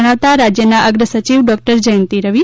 જણાવતા રાજ્યના અગ્રસચિવ ડોકટર જયંતિ રવિ